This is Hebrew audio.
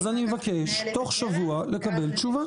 אז אני מבקש תוך שבוע לקבל תשובה.